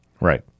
Right